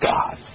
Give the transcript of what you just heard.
God